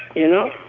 you know,